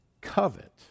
covet